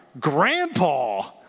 Grandpa